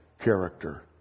character